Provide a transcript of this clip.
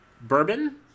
bourbon